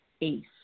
ACE